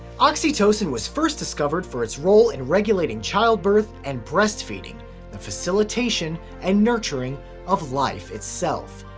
oxytocin was first discovered for its role in regulating childbirth and breastfeeding the facilitation and nurturing of life itself.